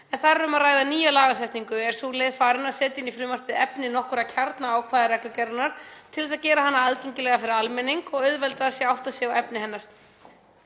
en þar er um að ræða nýja lagasetningu. Er sú leið farin að setja inn í frumvarpið efni nokkurra kjarnaákvæða reglugerðarinnar til að gera hana aðgengilegi fyrir almenning og auðveldara sé að átta sig á efni hennar.